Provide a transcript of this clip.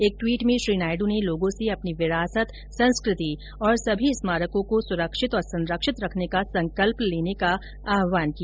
एक ट्वीट में श्री नायडू ने लोगों से अपनी विरासत संस्कृति और सभी स्मारकों को सुरक्षित और संरक्षित रखने का संकल्प लेने का आह्वान किया